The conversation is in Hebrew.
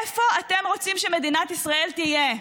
איפה אתם רוצים שמדינת ישראל תהיה,